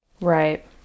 Right